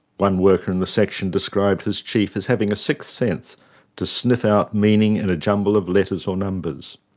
one worker in the section described his chief as having a sixth sense to sniff out meaning in a jumble of letters or numbers.